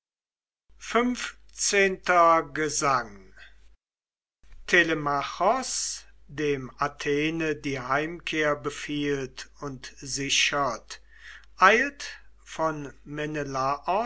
xv gesang telemachos dem athene die heimkehr befiehlt und sichert eilt von